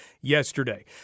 yesterday